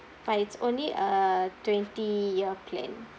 but it's only a twenty year plan